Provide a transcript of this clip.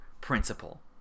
principle